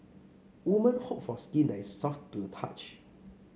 woman hope for skin that is soft to the touch